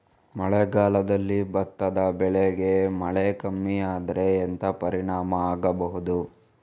ಮಳೆಗಾಲದಲ್ಲಿ ಭತ್ತದ ಬೆಳೆಗೆ ಮಳೆ ಕಮ್ಮಿ ಆದ್ರೆ ಎಂತ ಪರಿಣಾಮ ಆಗಬಹುದು?